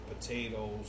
Potatoes